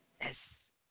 Yes